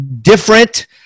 different